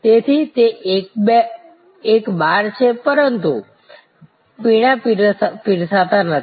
તેથી તે એક બાર છે પરંતુ તે પીણાં પીરસતું નથી